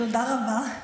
תודה רבה.